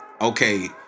okay